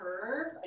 curve